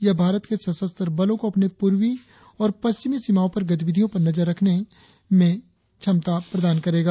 यह भारत के सशस्त्र बलों को अपनी पूर्वी और पश्चिमी सीमाओं पर गतिविधियों पर नजर रखने की क्षमता प्रदान करेगा